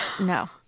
No